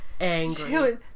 angry